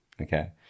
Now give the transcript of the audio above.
Okay